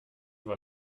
war